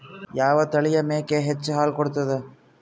ಯಾವ ತಳಿಯ ಮೇಕಿ ಹೆಚ್ಚ ಹಾಲು ಕೊಡತದ?